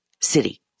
city